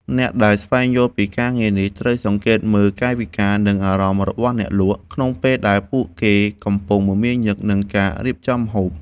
អ្នកដែលស្វែងយល់ពីការងារនេះ ត្រូវសង្កេតមើលកាយវិការ និងអារម្មណ៍របស់អ្នកលក់ ក្នុងពេលដែលពួកគេកំពុងមមាញឹកនឹងការរៀបចំម្ហូប។